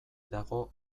dago